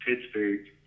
Pittsburgh